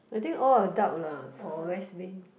I think all adult lah for west wind